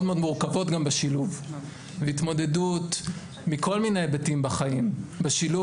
מורכבות גם בשילוב והתמודדות מכל מיני היבטים בחיים - בשילוב